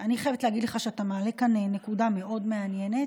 אני חייבת להגיד לך שאתה מעלה כאן נקודה מאוד מעניינת.